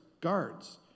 guards